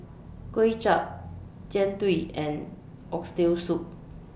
Kway Chap Jian Dui and Oxtail Soup